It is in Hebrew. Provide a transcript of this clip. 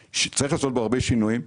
צריך לעשות בו הרבה שינויים.